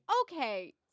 Okay